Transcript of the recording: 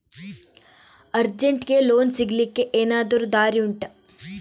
ಅರ್ಜೆಂಟ್ಗೆ ಲೋನ್ ಸಿಗ್ಲಿಕ್ಕೆ ಎನಾದರೂ ದಾರಿ ಉಂಟಾ